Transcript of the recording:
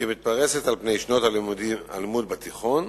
שמתפרסת על פני שנות הלימוד בתיכון,